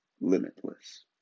limitless